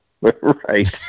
Right